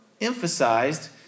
emphasized